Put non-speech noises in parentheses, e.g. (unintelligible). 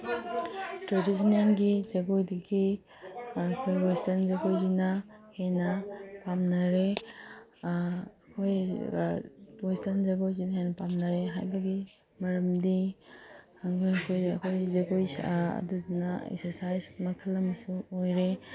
ꯇ꯭ꯔꯦꯗꯤꯁꯟꯅꯦꯜꯒꯤ ꯖꯒꯣꯏꯗꯒꯤ ꯑꯩꯈꯣꯏ ꯋꯦꯁꯇ꯭ꯔꯟ ꯖꯒꯣꯏꯁꯤꯅ ꯍꯦꯟꯅ ꯄꯥꯝꯅꯔꯦ ꯑꯩꯈꯣꯏ ꯋꯦꯁꯇ꯭ꯔꯟ ꯖꯒꯣꯏꯁꯤꯅ ꯍꯦꯟꯅ ꯄꯥꯝꯅꯔꯦ ꯍꯥꯏꯕꯒꯤ ꯃꯔꯝꯗꯤ (unintelligible) ꯑꯩꯈꯣꯏ ꯖꯒꯣꯏ ꯑꯗꯨꯗꯨꯅ ꯑꯦꯛꯁꯔꯁꯥꯏꯁ ꯃꯈꯜ ꯑꯃꯁꯨ ꯑꯣꯏꯔꯦ